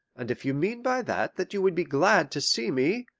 and if you mean by that that you would be glad to see me,